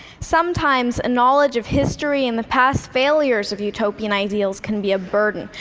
sometimes a knowledge of history and the past failures of utopian ideals can be a burden,